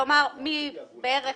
כלומר בערך